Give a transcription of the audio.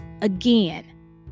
again